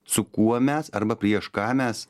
su kuo mes arba prieš ką mes